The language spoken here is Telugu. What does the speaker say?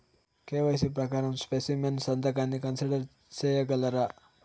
కె.వై.సి ప్రకారం స్పెసిమెన్ సంతకాన్ని కన్సిడర్ సేయగలరా?